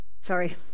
sorry